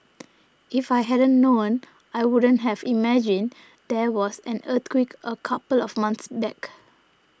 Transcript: if I hadn't known I wouldn't have imagined there was an earthquake a couple of months back